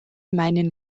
meinen